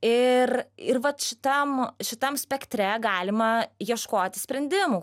ir ir vat šitam šitam spektre galima ieškoti sprendimų